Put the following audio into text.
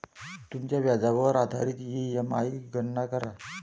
तुमच्या व्याजदरावर आधारित ई.एम.आई गणना करा